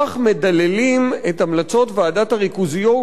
כך מדללים את המלצות ועדת הריכוזיות,